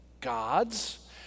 God's